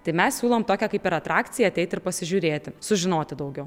tai mes siūlom tokią kaip ir atrakciją ateit ir pasižiūrėti sužinoti daugiau